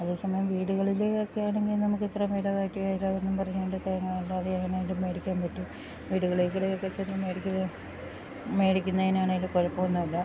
അതേ സമയം വീട്കളിലെ ഒക്കെയാണങ്കി നമക്കിത്ര വെല കേറ്റിയെല്ലാക്ന്ന് പറഞ്ഞോണ്ട് തേങ്ങ അല്ലാതെ എങ്ങനേലും മേടിക്കാൻ പറ്റു വീട്കളേക്ക്ള്ളയൊക്ക ചെന്ന് മേടിക്ക്ക മേടിക്ക്ന്നേനാണേല് കൊഴപ്പൊന്നു ഇല്ല